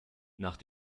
nach